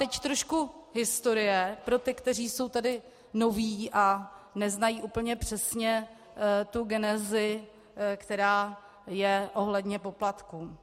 Teď trošku historie pro ty, kteří jsou tady noví a neznají přesně genezi, která je ohledně poplatků.